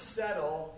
settle